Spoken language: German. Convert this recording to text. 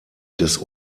des